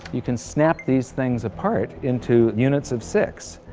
you can snap these things apart into units of six,